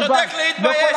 אתה צודק בלהתבייש.